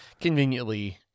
conveniently